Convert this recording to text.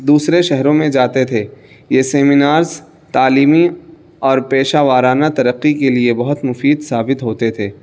دوسرے شہروں میں جاتے تھے یہ سیمینارس تعلیمی اور پیشہ وارانہ ترقی کے لیے بہت مفید ثابت ہوتے تھے